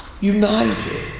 united